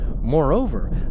Moreover